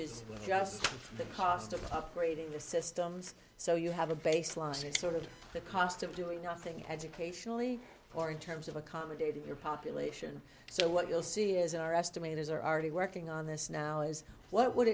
just the cost of upgrading the systems so you have a baseline sort of the cost of doing nothing educationally or in terms of accommodating your population so what you'll see is our estimate is are already working on this now as what would